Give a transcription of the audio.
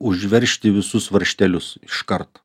užveržti visus varžtelius iškart